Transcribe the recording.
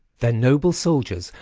then, noble soldiers,